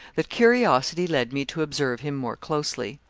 that curiosity led me to observe him more closely.